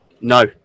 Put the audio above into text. No